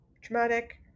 traumatic